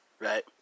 right